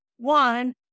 One